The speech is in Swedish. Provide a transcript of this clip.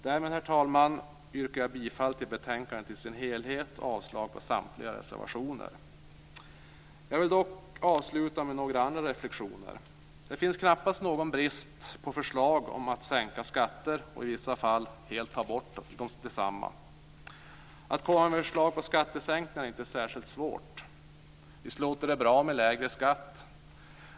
Därmed, herr talman, yrkar jag bifall till hemställan i betänkandet i dess helhet och avslag på samtliga reservationer. Jag vill dock avsluta med några andra reflexioner. Det finns knappast någon brist på förslag om att sänka skatter, och i vissa fall helt ta bort dem. Att komma med förslag på skattesänkningar är inte särskilt svårt. Visst låter det bra med lägre skatt.